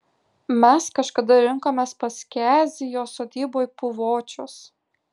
mes kažkada rinkomės pas kezį jo sodyboj puvočiuos